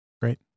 Great